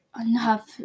enough